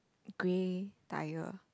grey tyre